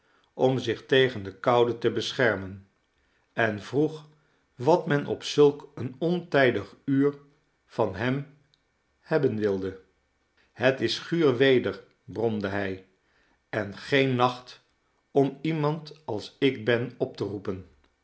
om zich tegen de koude te beschermen en vroeg wat men op zulk een ontijdig uur van hem hebben wilde het is guur weder bromde hij en geen nacht om iemand als ik ben op te roepen